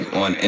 on